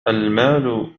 المال